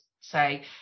say